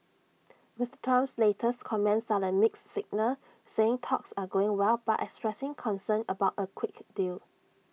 Mister Trump's latest comments are A mixed signal saying talks are going well but expressing concern about A quick deal